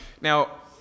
Now